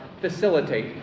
facilitate